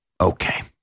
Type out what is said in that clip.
Okay